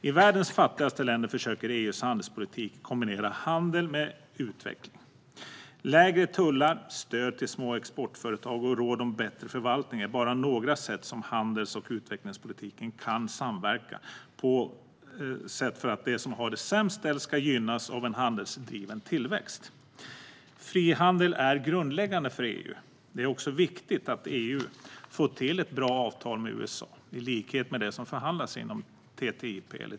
I världens fattigaste länder försöker EU:s handelspolitik kombinera handel med utveckling. Lägre tullar, stöd till små exportföretag och råd om bättre förvaltning är bara några sätt som handels och utvecklingspolitiken kan samverka på för att de som har det sämst ställt ska gynnas av en handelsdriven tillväxt. Frihandel är grundläggande för EU. Det är också viktigt att EU får till ett bra avtal med USA i likhet med det som förhandlats inom TTIP.